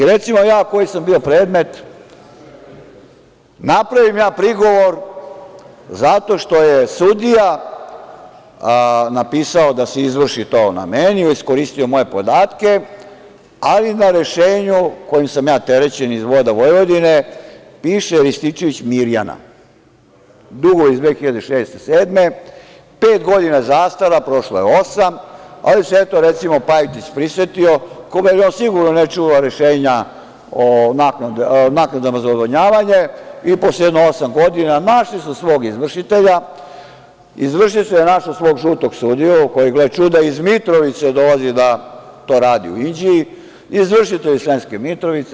Recimo, ja koji sam bio predmet, napravim ja prigovor zato što je sudija napisao da se izvrši to na meni, iskoristio moje podatke, ali na rešenju kojim sam ja terećen iz „Voda Vojvodine“ piše „Rističević Mirjana“, dugovi iz 2006, 2007. godine, pet godina zastara, prošlo je osam, ali se Pajtić prisetio i ko veli – sigurno ne čuva rešenja o naknadama za odvodnjavanje i posle jedno osam godina našli su svog izvršitelja, izvršitelj je našao svog žutog sudiju, koji, gle čuda, iz Mitrovice dolazi da to radi u Inđiji, izvršitelj je iz Sremske Mitrovice.